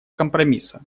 компромисса